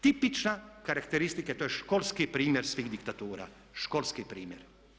Tipične karakteristike, to je školski primjer svih diktatura, školski primjer.